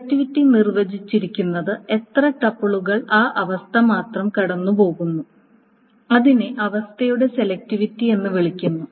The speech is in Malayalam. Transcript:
സെലക്റ്റിവിറ്റി നിർവചിച്ചിരിക്കുന്നത് എത്ര ടുപ്പിളുകൾ ആ അവസ്ഥ മാത്രം കടന്നുപോകുന്നു അതിനെ അവസ്ഥയുടെ സെലക്റ്റിവിറ്റി എന്ന് വിളിക്കുന്നു